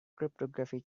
cryptography